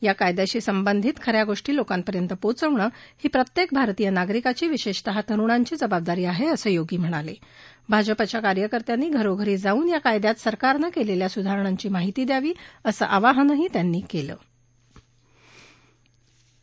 या कायद्याशी संबंधित खऱ्या गोष्टी लोकांपर्यंत पोचवणं ही प्रत्यक्तीभारतीय नागरिकाची विशत्तिः तरुणांची जबाबदारी आहखिसं योगी म्हणाल झाजपाच्या कार्यकर्त्यांनी घरोघरी जाऊन या कायद्यात सरकारनं कविविधा सुधारणांची माहिती द्यावी असं आवाहनही त्यांनी कलि